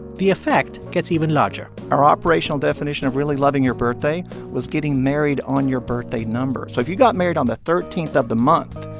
the effect gets even larger our operational definition of really loving your birthday was getting married on your birthday number. so if you got married on the thirteen of the month,